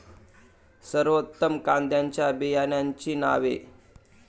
सर्वोत्तम कांद्यांच्या बियाण्यांची नावे?